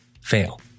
fail